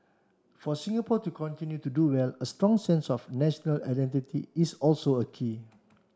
for Singapore to continue to do well a strong sense of national identity is also a key